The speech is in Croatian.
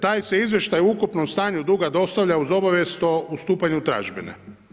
Taj se izvještaj o ukupnom stanju duga dostavlja uz obavijest o ustupanju tražbine.